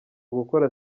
gukora